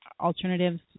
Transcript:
alternatives